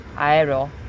aero